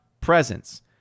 presence